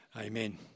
Amen